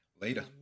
later